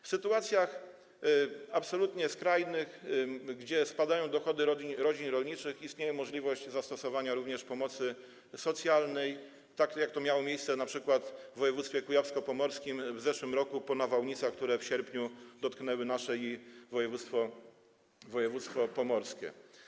W sytuacjach absolutnie skrajnych, gdy spadają dochody rodzin rolniczych, istnieje możliwość zastosowania również pomocy socjalnej, jak to miało miejsce np. w województwie kujawsko-pomorskim w zeszłym roku po nawałnicach, które w sierpniu dotknęły nasze województwo i województwo pomorskie.